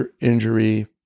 injury